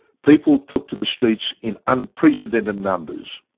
people took to the streets in unprecedented numbers.